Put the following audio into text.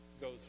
goes